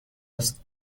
است